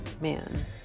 man